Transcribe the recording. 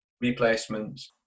replacements